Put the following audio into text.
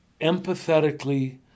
empathetically